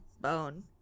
Bone